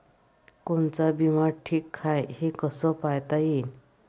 कोनचा बिमा ठीक हाय, हे कस पायता येईन?